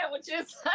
sandwiches